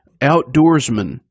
outdoorsman